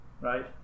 right